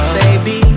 baby